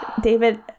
David